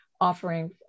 offering